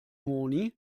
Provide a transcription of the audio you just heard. moni